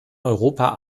europa